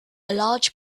large